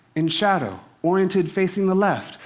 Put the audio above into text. in shadow, oriented facing the left,